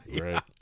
right